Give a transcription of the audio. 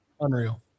Unreal